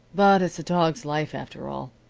but it's a dog's life, after all,